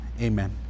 Amen